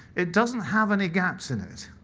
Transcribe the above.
it doesn't have any gaps in it.